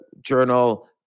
journal